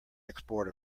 export